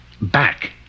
back